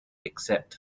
except